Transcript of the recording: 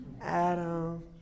Adam